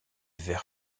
vert